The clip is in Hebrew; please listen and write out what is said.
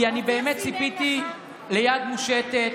כי אני באמת ציפיתי ליד מושטת,